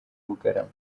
bugarama